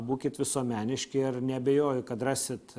būkit visuomeniški ir neabejoju kad rasit